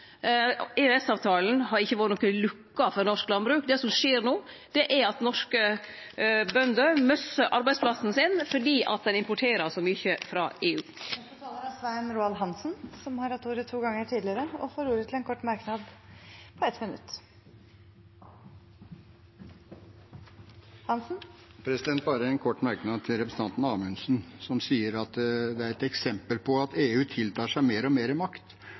har ikkje vore noka lukke for norsk landbruk. Det som skjer no, er at norske bønder mistar arbeidsplassen sin fordi ein importerer så mykje frå EU. Representanten Svein Roald Hansen har hatt ordet to ganger tidligere og får ordet til en kort merknad, begrenset til 1 minutt. Bare en kort merknad til representanten Amundsen, som sier at det er et eksempel på at EU tiltar seg mer og mer makt.